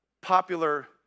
popular